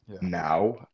now